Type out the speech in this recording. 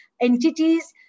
entities